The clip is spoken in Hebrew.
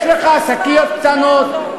יש לך שקיות קטנות,